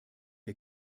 der